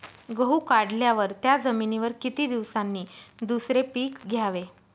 गहू काढल्यावर त्या जमिनीवर किती दिवसांनी दुसरे पीक घ्यावे?